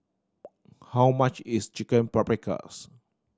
how much is Chicken Paprikas